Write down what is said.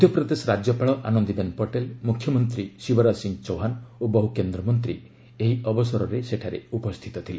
ମଧ୍ୟପ୍ରଦେଶ ରାଜ୍ୟପାଳ ଆନନ୍ଦିବେନ୍ ପଟେଲ୍ ମୁଖ୍ୟମନ୍ତ୍ରୀ ଶିବରାଜ ସିଂହ ଚୌହାନ୍ ଓ ବହୁ କେନ୍ଦ୍ର ମନ୍ତ୍ରୀ ଏହି ଅବସରରେ ସେଠାରେ ଉପସ୍ଥିତ ଥିଲେ